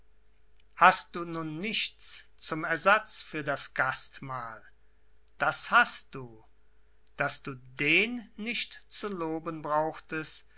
hast du nun nichts zum ersatz für das gastmahl das hast du daß du den nicht zu loben brauchtest